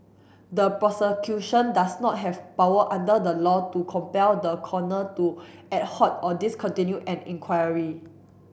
the Prosecution does not have power under the law to compel the Coroner to or discontinue an inquiry